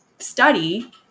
study